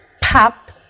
Pop